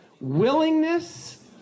willingness